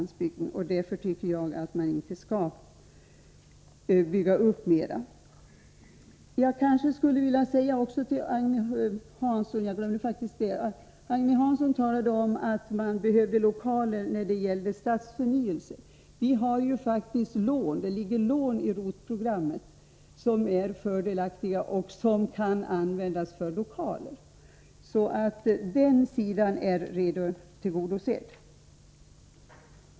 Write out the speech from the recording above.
Därför tycker jag att vi inte skall bygga upp fler lokaler. Agne Hansson talade om att man behöver lokaler när det gäller stadsförnyelse. Men det ligger faktiskt lån i ROT-programmet som är fördelaktiga och som kan användas för lokaler. Den sidan är alltså redan tillgodosedd.